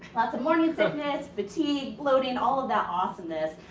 lots of morning sickness, fatigue, bloating, all of that awesomeness.